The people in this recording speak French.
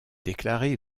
déclaré